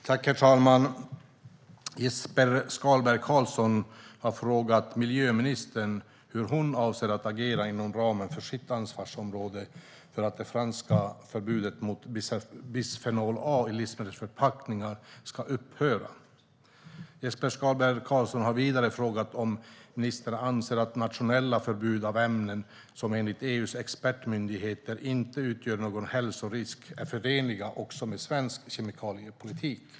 Herr talman! Jesper Skalberg Karlsson har frågat miljöministern hur hon avser att agera inom ramen för sitt ansvarsområde för att det franska förbudet mot bisfenol A i livsmedelsförpackningar ska upphöra. Jesper Skalberg Karlsson har vidare frågat om ministern anser att nationella förbud av ämnen som enligt EU:s expertmyndigheter inte utgör någon hälsorisk är förenliga också med svensk kemikaliepolitik.